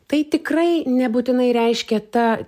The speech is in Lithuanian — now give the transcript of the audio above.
tai tikrai nebūtinai reiškia ta